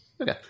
Okay